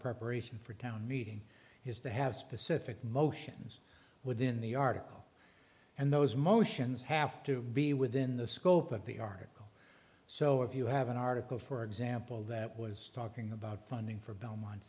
preparation for town meeting has to have specific motions within the article and those motions have to be within the scope of the article so if you have an article for example that was talking about funding for belmont